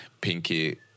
pinky